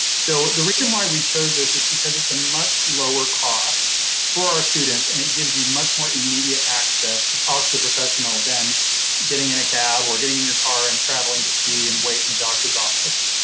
so, the reason why we chose this is because it's a much lower cost for our students, and it gives you much more immediate access to talk to the professional than getting in a cab or getting in your car and travelling to see and wait in a doctor's office.